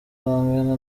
bangana